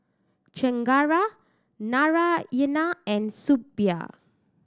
Chengara Naraina and Suppiah